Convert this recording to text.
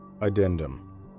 Addendum